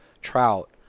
trout